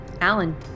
Alan